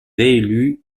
réélu